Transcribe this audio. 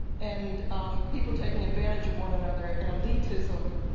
and people taking advantage of one another, and elitism.